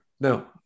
No